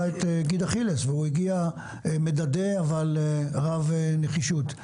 את גיד אכילס והוא הגיע מדדה אבל רב נחישות.